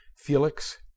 Felix